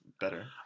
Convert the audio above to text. better